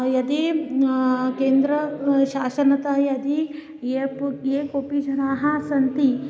यदि केन्द्र शासनतः यदि ये पु ये कोपि जनाः सन्ति